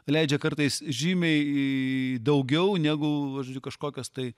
leidžia kartais žymiai į daugiau negu kažkokios tai